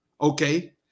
okay